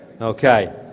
Okay